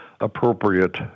appropriate